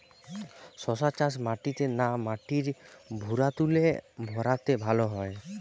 শশা চাষ মাটিতে না মাটির ভুরাতুলে ভেরাতে ভালো হয়?